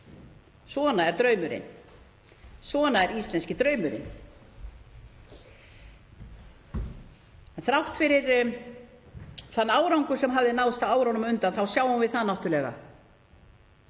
Svona er draumurinn. Svona er íslenski draumurinn. Þrátt fyrir þann árangur sem hafði náðst á árunum á undan þá sjáum við það náttúrlega